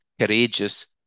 courageous